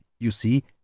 you see,